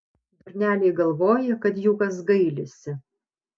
durneliai galvoja kad jų kas gailisi